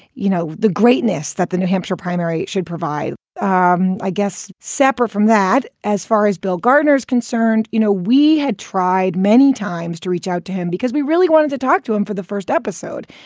you know, the greatness that the new hampshire primary should provide um i guess separate from that as far as bill gardner is concerned. you know, we had tried many times to reach out to him because we really wanted to talk to him for the first episode.